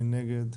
מי נגד?